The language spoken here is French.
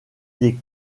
des